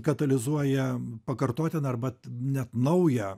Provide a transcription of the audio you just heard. katalizuoja pakartotiną arba net naują